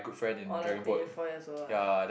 orh the twenty four years old one